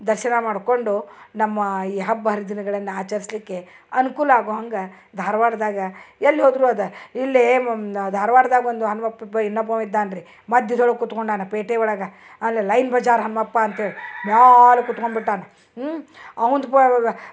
ದರ್ಶನ ಮಾಡ್ಕೊಂಡು ನಮ್ಮ ಈ ಹಬ್ಬ ಹರಿದಿನಗಳನ್ನ ಆಚರಿಸಲಿಕ್ಕೆ ಅನ್ಕೂಲ ಆಗು ಹಂಗೆ ಧಾರವಾಡದಾಗ ಎಲ್ಲಿ ಹೋದರು ಅದ ಇಲ್ಲೇ ಧಾರವಾಡದಾಗೊಂದು ಹನುಮಪ್ಪ ಒಬ್ಬ ಇನ್ನೊಬ್ಬವ ಇದ್ದಾನ ರೀ ಮಧ್ಯದೊಳ್ಗ ಕುತ್ಕೊಂಡಾನ ಪೇಟೆ ಒಳಗೆ ಅಲ್ಲಿ ಲೈನ್ ಬಜಾರ್ ಹನ್ಮಪ್ಪ ಅಂತೇಳಿ ಮ್ಯಾಲ ಕುತ್ಕೊಂಬಿಟ್ಟಾನ ಅವನ್ದ